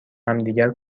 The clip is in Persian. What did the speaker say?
همدیگر